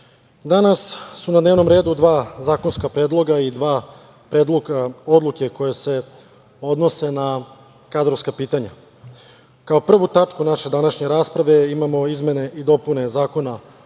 danas su na dnevnom redu dva zakonska predloga i dva predloga odluke koje se odnose na kadrovska pitanja. Kao prvu tačku naše današnje rasprave imamo izmene i dopune Zakona o